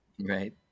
right